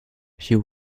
she